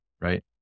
right